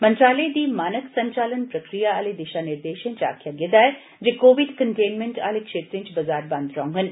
मंत्रालय दी मानक संचालन प्रक्रिया आले दिशा निर्देश च आकखेआ गेदा ऐ जे कोविड कंटेनमैंट आले क्षेत्रें च बजार बंद रौंह्गन